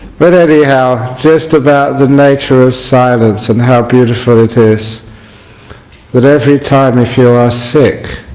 but anyhow just about the nature of silence and how beautiful it is that every time if you are sick